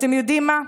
ואתם יודעים מה,